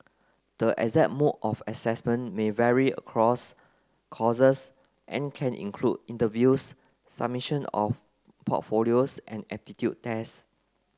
the exact mode of assessment may vary across courses and can include interviews submission of portfolios and aptitude tests